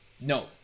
No